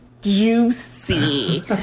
Juicy